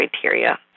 criteria